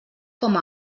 com